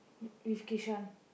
with Kishan